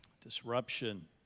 Disruption